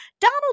donald